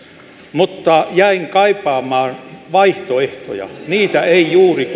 mutta jäin kaipaamaan vaihtoehtoja niitä ei juuri